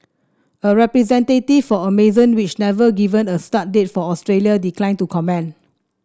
a representative for Amazon which never given a start date for Australia declined to comment